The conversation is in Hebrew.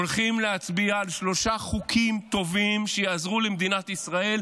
הולכים להצביע על שלושה חוקים טובים שיעזרו למדינת ישראל,